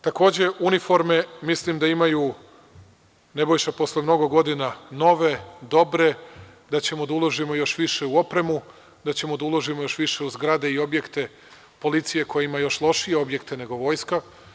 Takođe, uniforme, mislim da imaju, Nebojša, posle mnogo godina nove, dobre, da ćemo da uložimo još više u opremu, da ćemo da uložimo još više u zgrade i objekte, policija koja ima još lošije objekte nego vojska.